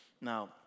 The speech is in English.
Now